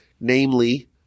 namely